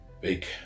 big